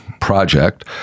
project